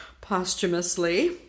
posthumously